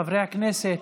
חברי הכנסת,